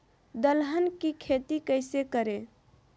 दलहन की खेती कैसे करें?